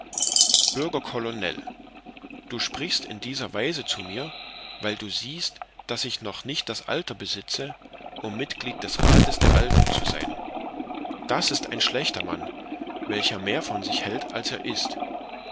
bürger colonel du sprichst in dieser weise zu mir weil du siehst daß ich noch nicht das alter besitze um mitglied des rathes der alten zu sein das ist ein schlechter mann welcher mehr von sich hält als er ist